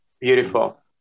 Beautiful